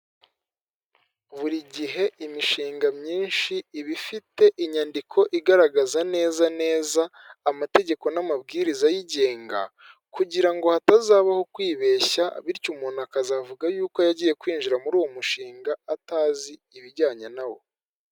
Buri gihe imishinga myinshi iba ifite inyandiko igaragaza neza neza amategeko n'amabwiriza yigenga kugira ngo hatazabaho kwibeshya bityo umuntu akazavuga yuko yagiye kwinjira muri uwo mushinga atazi ibijyanye nawo .